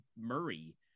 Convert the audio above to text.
Murray